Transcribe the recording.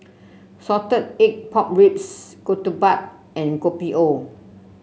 Salted Egg Pork Ribs ketupat and Kopi O